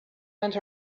went